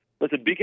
listen